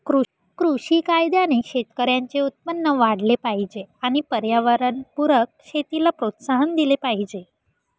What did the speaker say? कृषी कायद्याने शेतकऱ्यांचे उत्पन्न वाढले पाहिजे आणि पर्यावरणपूरक शेतीला प्रोत्साहन दिले पाहिजे